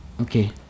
Okay